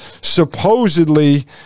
supposedly